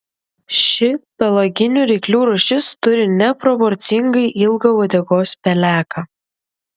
ši pelaginių ryklių rūšis turi neproporcingai ilgą uodegos peleką